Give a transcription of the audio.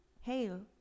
Hail